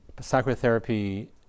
psychotherapy